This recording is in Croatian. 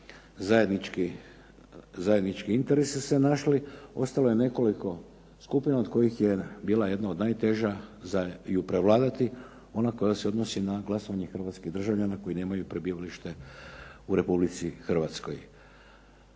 zajednički interesi. Ostalo je nekoliko skupina od kojih je bila jedan od najtežih za prevladati je ona koja se odnosi na glasovanje hrvatskih državljana koji nemaju prebivalište u Republici Hrvatskoj.